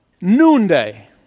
noonday